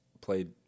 played